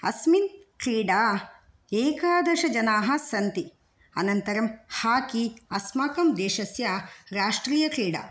अस्मिन् क्रीडा एकादशजनाः सन्ति अनन्तरं हाकि अस्माकं देशस्य राष्ट्रीयक्रीडा